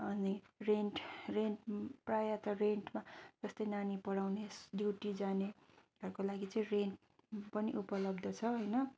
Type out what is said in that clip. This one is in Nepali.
अनि रेन्ट रेन्ट प्रायः त रेन्टमा जस्तै नानी पढाउने ड्युटी जानेहरूको लागि चाहिँ रेन्ट पनि उपलब्ध छ हैन